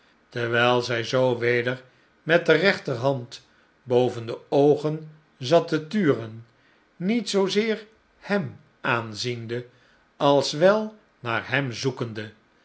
terwijl zij zoo weder met de rechterhand boven de oogen zat te turen niet zoozeer hem aanziende als wel naar hem zoekende